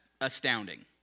astounding